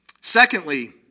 Secondly